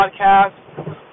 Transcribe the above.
podcast